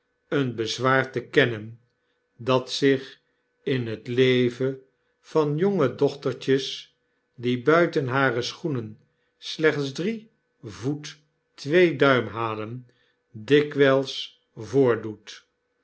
een bezwaar te kennen dat zich in het leven van jonge dochtertjes die buiten hare schoenen slechts drie voet twee duim halen dikwjls voordoet